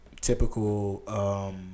typical